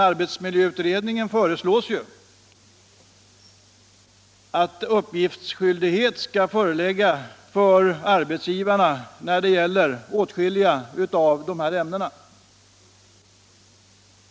I arbetsmiljöutredningen föreslås att uppgiftsskyldighet om åtskilliga av dessa ämnen skall föreligga för arbetsgivarna.